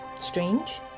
strange